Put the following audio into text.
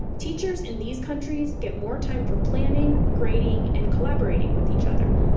teachers in these countries get more time for planning, grading, and collaborating with each other.